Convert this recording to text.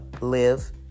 Live